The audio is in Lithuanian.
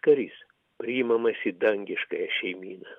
karys priimamas į dangiškąją šeimyną